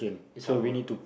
is hard work